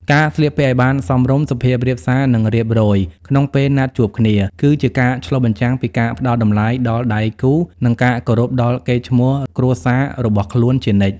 ការស្លៀកពាក់ឱ្យបានសមរម្យ សុភាពរាបសារ និងរៀបរយក្នុងពេលណាត់ជួបគ្នា គឺជាការឆ្លុះបញ្ចាំងពីការផ្ដល់តម្លៃដល់ដៃគូ និងការគោរពដល់កេរ្តិ៍ឈ្មោះគ្រួសាររបស់ខ្លួនជានិច្ច។